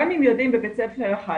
גם אם יודעים בבית ספר אחד,